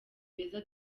beza